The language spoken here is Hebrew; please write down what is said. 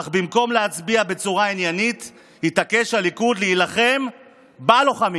אך במקום להצביע בצורה עניינית התעקש הליכוד להילחם בלוחמים.